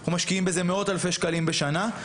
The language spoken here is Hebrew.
אנחנו משקיעים בזה מאות אלפי שקלים בשנה.